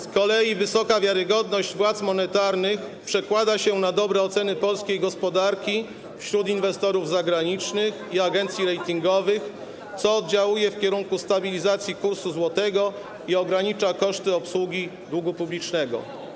Z kolei wysoka wiarygodność władz monetarnych przekłada się na dobre oceny polskiej gospodarki wśród inwestorów zagranicznych i agencji ratingowych, co oddziałuje w kierunku stabilizacji kursu złotego i ogranicza koszty obsługi długu publicznego.